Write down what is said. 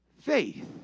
faith